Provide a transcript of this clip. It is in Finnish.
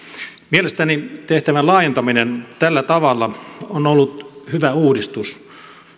mielestäni tehtävän laajentaminen tällä tavalla on ollut hyvä uudistus